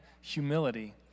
humility